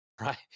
right